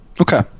Okay